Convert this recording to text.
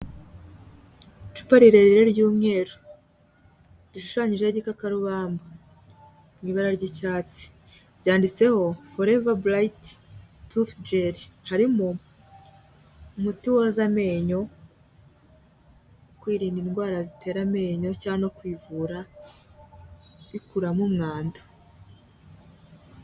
Icupa rirerire ry'umweru. Rishushanyijeho igikamarubamba mu ibara ry'icyatsi. Byanditseho Forever Bright Toothgel. Harimo umuti woza amenyo, kwirinda indwara zitera amenyo cyangwa kwivura bikuramo umwanda.